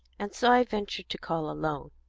and so i ventured to call alone.